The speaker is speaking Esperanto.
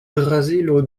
brazilo